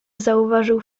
zauważył